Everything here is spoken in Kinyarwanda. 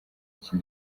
iki